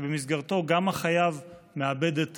שבמסגרתו גם החייב מאבד את